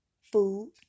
food